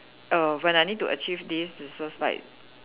err when I need to achieve this it's just like